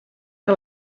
que